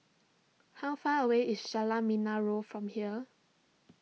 how far away is Jalan Menarong from here